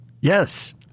Yes